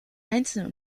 einzelne